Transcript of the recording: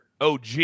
OG